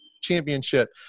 championship